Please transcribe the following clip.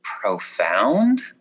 profound